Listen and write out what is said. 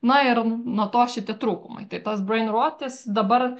na ir nuo to šiti trūkumai tai tas brain rot jis dabar